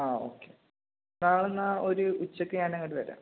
ആ ഓക്കെ നാളെ എന്നാല് ഒരു ഉച്ചയ്ക്ക് ഞാനങ്ങോട്ട് വരാം